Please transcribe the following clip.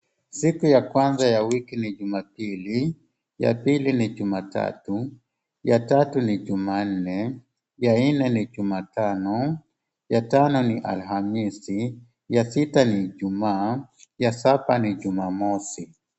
Siku ya kwanza ya wiki ni jumapili, ya pili ni jumatatu, ya tatu ni jumanne, ya nne ni jumatano, ya tano ni alhamisi, ya sita ni ijumaa, ya saba ni jumamosi.